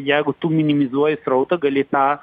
jeigu tu minimizuoji srautą gali tą